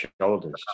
shoulders